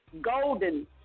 golden